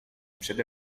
przede